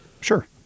Sure